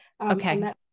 Okay